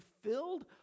filled